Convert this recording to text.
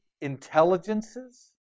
intelligences